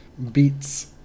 Beats